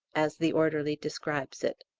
as the orderly describes it.